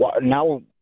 now